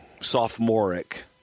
sophomoric